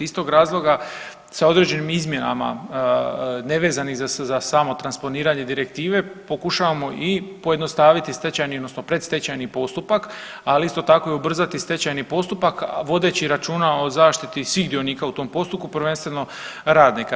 Iz tog razloga sa određenim izmjenama nevezanih za samo transponiranje direktive pokušavamo i pojednostaviti stečajni odnosno predstečajni postupak ali isto tako i ubrzati stečajni postupak vodeći računa o zaštiti svih dionika u tom postupku, prvenstveno radnika.